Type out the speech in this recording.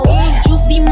Juicy